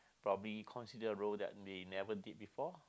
probably consider a role that they never did before